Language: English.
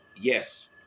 yes